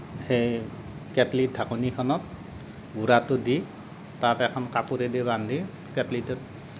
সেই কেটলিৰ ঢাকনিখনত গুড়াটো দি তাক এখন কাপোৰে দি বান্ধি কেটলিটোত